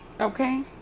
Okay